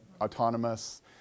autonomous